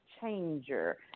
changer